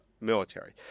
military